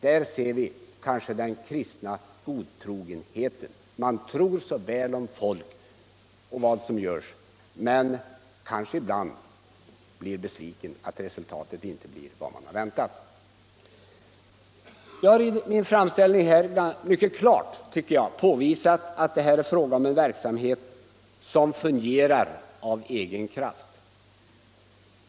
Där ser vi kanske den kristna godtrogenheten — man tror så väl om folk och vad som görs, men man blir kanske ibland besviken över att resultatet inte blir vad man väntat. Jag har i min framställning här mycket klart påvisat att det är fråga om en verksamhet som fungerar av egen kraft.